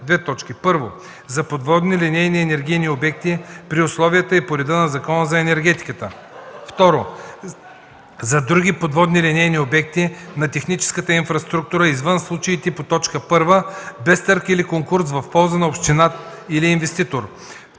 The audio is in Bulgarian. както следва: 1. за подводни линейни енергийни обекти – при условията и по реда на Закона за енергетиката; 2. за други подводни линейни обекти на техническата инфраструктура извън случаите по т. 1 – без търг или конкурс, в полза на община или инвеститор.